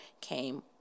came